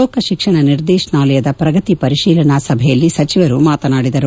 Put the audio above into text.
ಲೋಕ ಶಿಕ್ಷಣ ನಿರ್ದೇಶನಾಲಯದ ಪ್ರಗತಿ ಪರಿಶೀಲನಾ ಸಭೆಯಲ್ಲಿ ಸಚವರು ಮಾತನಾಡಿದರು